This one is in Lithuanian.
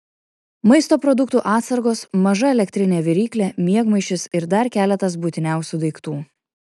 maisto produktų atsargos maža elektrinė viryklė miegmaišis ir dar keletas būtiniausių daiktų